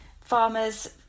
farmers